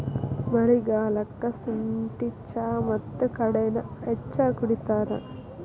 ಮಳಿಗಾಲಕ್ಕ ಸುಂಠಿ ಚಾ ಮತ್ತ ಕಾಡೆನಾ ಹೆಚ್ಚ ಕುಡಿತಾರ